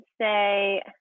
say